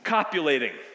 Copulating